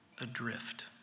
Adrift